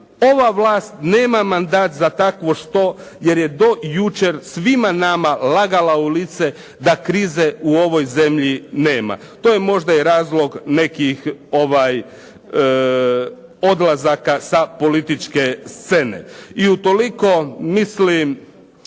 ova vlast nema mandat za takvo što, jer je do jučer svima nama lagala u lice da krize u ovoj zemlji nema. To je možda i razlog nekih odlazaka sa političke scene. I utoliko mislim